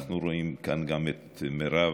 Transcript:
ואנחנו רואים כאן גם את מרב,